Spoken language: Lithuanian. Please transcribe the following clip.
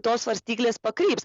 tos svarstyklės pakryps